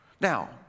Now